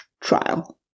trial